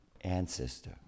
ancestor